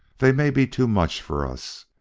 they may be too much for us.